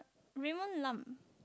Raymond-Lam